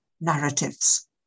narratives